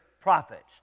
prophets